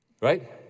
right